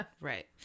Right